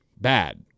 bad